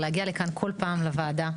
להגיע לכאן כל פעם לוועדה.